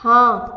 हाँ